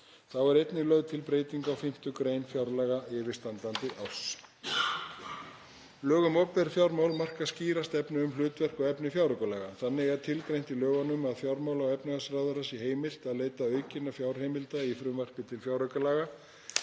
Þá er einnig lögð til breyting á 5. gr. fjárlaga yfirstandandi árs. Lög um opinber fjármál marka skýra stefnu um hlutverk og efni fjáraukalaga. Þannig er tilgreint í lögunum að fjármála- og efnahagsráðherra sé heimilt að leita aukinna fjárheimilda í frumvarpi til fjáraukalaga